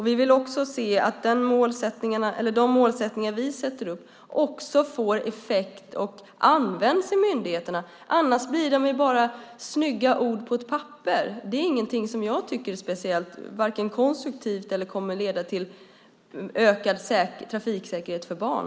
Vi vill också se att de målsättningar som vi sätter upp också får effekt och används i myndigheterna. Annars blir de bara snygga ord på ett papper. Det är ingenting som jag tycker är speciellt konstruktivt eller som jag tror kommer att leda till ökad trafiksäkerhet för barn.